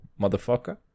motherfucker